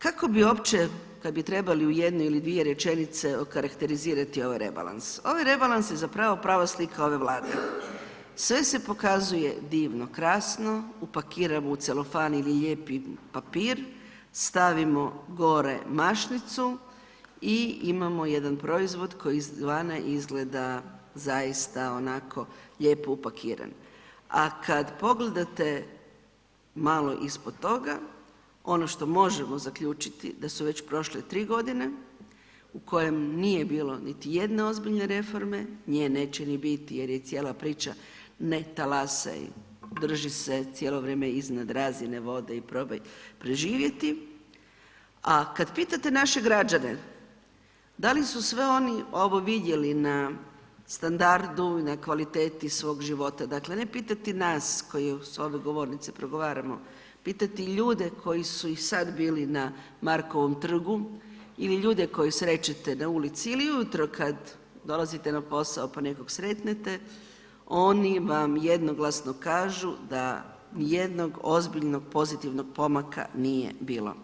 Kako bi uopće kad bi trebali u jednu ili dvije rečenice okarakterizirati ovaj rebalans, ovaj rebalans je zapravo prava slika ove Vlade, sve se pokazuje divno krasno, upakiramo u celofan ili lijepi papir, stavimo gore mašnicu i imamo jedan proizvod koji s vana izgleda zaista onako lijepo upakiran, a kad pogledate malo ispod toga, ono što možemo zaključiti da su već prošle 3.g. u kojem nije bilo niti jedne ozbiljne reforme, nje neće ni biti jer je cijela priča ne talasaj, drži se cijelo vrijeme iznad razine vode i probaj preživjeti, a kad pitate naše građane da li su sve oni ovo vidjeli na standardu, na kvaliteti svog života, dakle ne pitati nas koji s ove govornice progovaramo, pitati ljude koji su i sad bili na Markovom trgu ili ljude koje srećete na ulici ili ujutro kad dolazite na posao, pa nekog sretnete, oni vam jednoglasno kažu da nijednog ozbiljnog pozitivnog pomaka nije bilo.